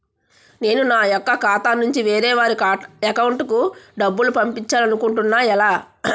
నేను నా యెక్క ఖాతా నుంచి వేరే వారి అకౌంట్ కు డబ్బులు పంపించాలనుకుంటున్నా ఎలా?